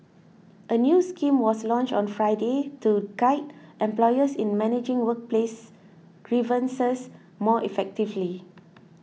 a new scheme was launched on Friday to guide employers in managing workplace grievances more effectively